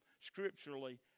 scripturally